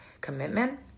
commitment